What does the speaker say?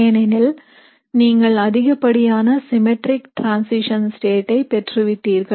ஏனெனில் நீங்கள் அதிகப்படியான சிம்மேற்றிக் டிரன்சிஷன் ஸ்டேட் ஐ பெற்று விட்டீர்கள்